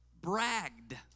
bragged